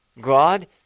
God